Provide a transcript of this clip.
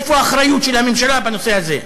איפה האחריות של הממשלה בנושא הזה?